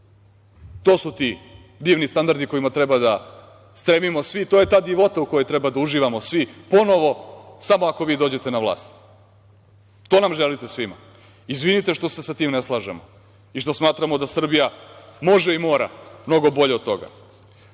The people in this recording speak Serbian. da. To su ti divni standardi kojima treba da stremimo svi. To je ta divota u kojoj treba da uživamo svi ponovo samo ako vi dođete na vlast. To nam želite svima? Izvinite što se sa tim ne slažemo i što smatramo da Srbija može i mora mnogo bolje od